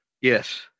Yes